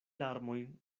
larmoj